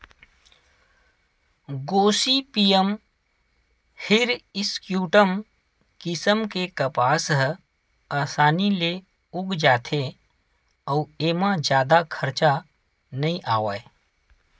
Gossypium hirsutum किसम के कपसा ह असानी ले उग जाथे अउ एमा जादा खरचा नइ आवय